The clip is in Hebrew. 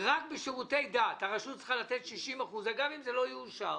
רק בשירותי דת הרשות צריכה לתת 60%. גם אם זה לא יאושר